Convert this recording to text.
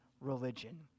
religion